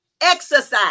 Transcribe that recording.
exercise